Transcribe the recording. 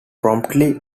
promptly